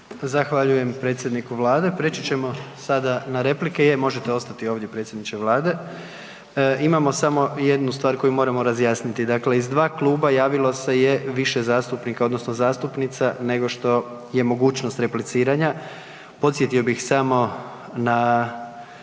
Zahvaljujem predsjedniku Vlade. Priječi ćemo smo sada na replike, je možete ostati ovdje predsjedniče Vlade. Imamo samo jednu stvar koju moramo razjasniti. Dakle, iz dva kluba javilo se je više zastupnika odnosno zastupnica nego što je mogućnost repliciranja. Podsjetio bih samo na